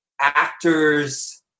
actors